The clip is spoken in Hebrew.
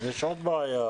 יש עוד בעיה.